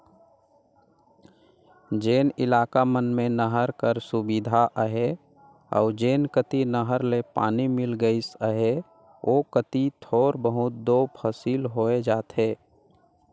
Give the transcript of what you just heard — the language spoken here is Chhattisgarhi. जेन इलाका मन में नहर कर सुबिधा अहे अउ जेन कती नहर ले पानी मिल गइस अहे ओ कती थोर बहुत दो फसिल होए जाथे